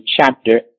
chapter